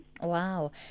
Wow